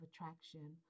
Attraction